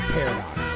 Paradox